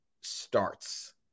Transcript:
starts